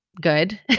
Good